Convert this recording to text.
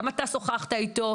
גם אתה שוחחת איתו,